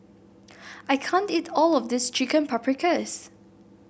I can't eat all of this Chicken Paprikas